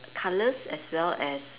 colours as well as